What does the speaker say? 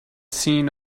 seen